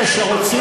למה?